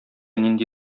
нинди